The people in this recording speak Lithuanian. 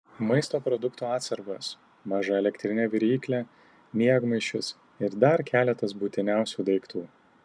maisto produktų atsargos maža elektrinė viryklė miegmaišis ir dar keletas būtiniausių daiktų